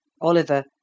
Oliver